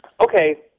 Okay